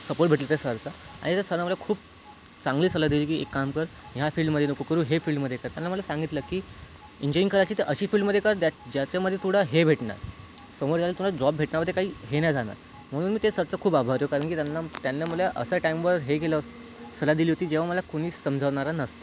support भेटला त्या सरचा आणि त्या सरांनी मला खूप चांगले सल्ला दिला की एक काम कर या फिल्डमध्ये नको करू हे फिल्डमध्ये कर त्यानं मला सांगितलं की इंजिनियरिंग करायची तर अशी फिल्डमध्ये कर ज्या ज्याच्यामध्ये थोडा हे भेटणार समोर जाऊन तुला जॉब भेटण्यामध्ये काही हे नाही जाणार म्हणून मी ते सरचं खूप आभारी आहे कारण की त्यांना त्यांनी मला असा टाईमवर हे केलं सलाह दिली होती जेव्हा मला कुणीच समजवणारं नसतं